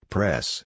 Press